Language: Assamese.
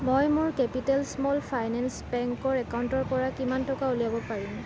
মোৰ কেপিটেল স্মল ফাইনেন্স বেংকৰ একাউণ্টৰ পৰা কিমান টকা উলিয়াব পাৰিম